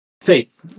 Faith